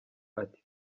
ati